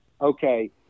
okay